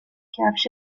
کفش